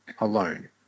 alone